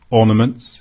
ornaments